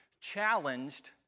challenged